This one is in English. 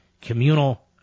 communal